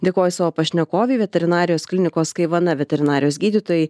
dėkoju savo pašnekovei veterinarijos klinikos kaivana veterinarijos gydytojai